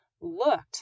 looked